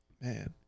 man